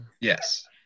Yes